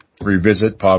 revisit